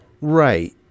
Right